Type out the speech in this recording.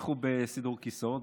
המשיכו בסידור כיסאות.